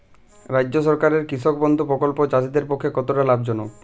রাজ্য সরকারের কৃষক বন্ধু প্রকল্প চাষীদের পক্ষে কতটা লাভজনক?